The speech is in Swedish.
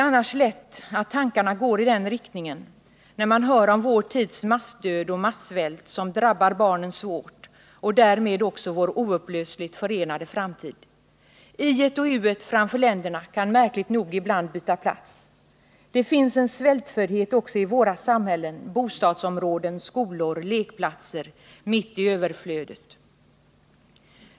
Tankarna går annars lätt i den riktningen när man hör om vår tids massdöd och massvält som drabbar barnen svårt och därmed också vår oupplösligt förenade framtid. I-et och u-et framför länderna kan märkligt nog ibland byta plats. Det finns en svältföddhet också i våra samhällen, bostadsområden, skolor, lekplatser — mitt i överflödet!